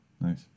Nice